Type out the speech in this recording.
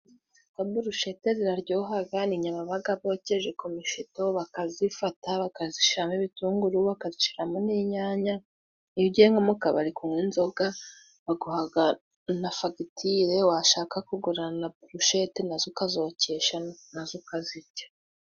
Ngo burushete ziraryohaga, ni inyama babaga bokeje ku mishito bakazifata bakazishiramo ibitunguru bagashiramo n'inyanya, iyo ugiye mu kabari kunywa inzoga baguhaga na fagitire washaka kugura na burushete nazo ukazokesha nazo ukazirya.